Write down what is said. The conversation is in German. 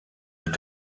mit